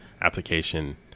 application